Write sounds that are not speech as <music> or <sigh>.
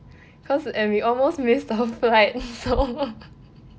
cause and we almost miss the flight so <laughs>